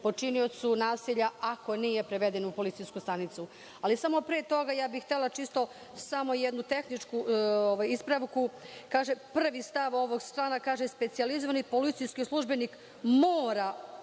počiniocu nasilja ako nije priveden u policijsku stanicu. Pre toga, ja bih htela čisto jednu tehničku ispravku. Prvi stav ovog člana kaže – specijalizovani policijski službenik mora,